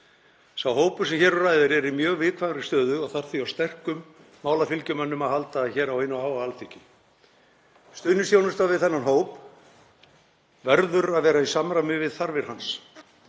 Sá hópur sem hér um ræðir er í mjög viðkvæmri stöðu og þarf því á sterkum málafylgjumönnum að halda hér á hinu háa Alþingi. Stuðningsþjónusta við þennan hóp verður að vera í samræmi við þarfir hans